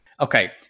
Okay